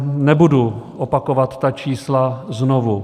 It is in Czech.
Nebudu opakovat ta čísla znovu.